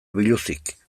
biluzik